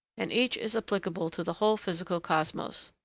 and each is applicable to the whole physical cosmos.